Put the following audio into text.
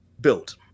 built